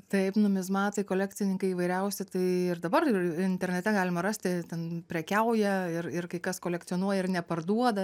taip numizmatai kolekcininkai įvairiausi tai ir dabar internete galima rasti ten prekiauja ir ir kai kas kolekcionuoja ir neparduoda